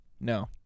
No